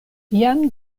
jam